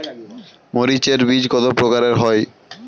মরিচ এর বীজ কতো প্রকারের হয়?